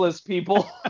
people